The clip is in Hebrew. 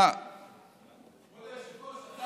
כבוד היושב-ראש,